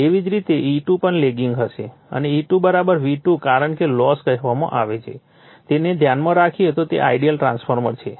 એવી જ રીતે E2 પણ લેગિંગ હશે અને E2 V2 કારણ કે લોસ કહેવામાં આવે છે તેને ધ્યાનમાં રાખીએ તો તે આઇડીઅલ ટ્રાન્સફોર્મર છે